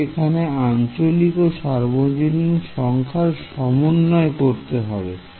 কিন্তু এখানে আঞ্চলিক ও সর্বজনীন সংখ্যার সমন্বয় করতে হবে